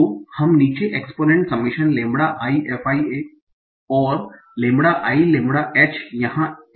तो हम नीचे exponent summation lambda i f i और लेंबड़ा i लेंबड़ा h यहाँ इस समस्या में 1 हैं